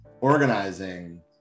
organizing